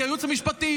כי הייעוץ המשפטי,